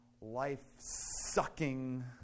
Life-sucking